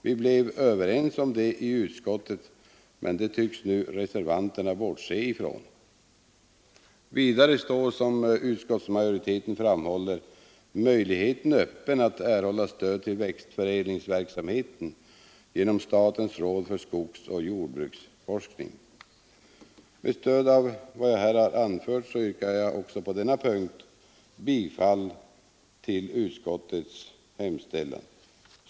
Vi blev överens om detta i utskottet, men reservanterna tycks nu bortse från det. Vidare står som utskottsmajoriteten framhåller möjligheten öppen att erhålla stöd till växtförädlingsverksamheten genom statens råd för skogsoch jordbruksforskning. Med stöd av vad jag här anfört yrkar jag också på denna punkt bifall till utskottets hemställan.